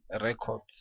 records